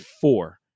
four